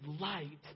light